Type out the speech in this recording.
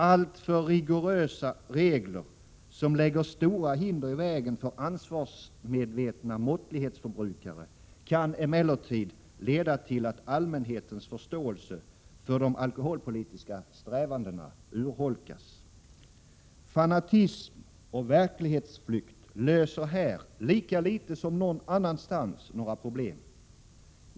Alltför rigorösa regler, som lägger stora hinder i vägen för ansvarsmedvetna måttlighetsförbrukare, kan emellertid leda till att allmänhetens förståelse för de alkoholpolitiska strävandena urholkas. Fanatism och verklighetsflykt löser här lika litet som någon annanstans några problem.